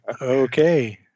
Okay